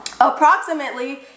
Approximately